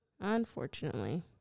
Unfortunately